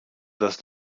das